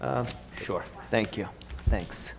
i'm sure thank you thanks